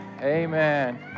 Amen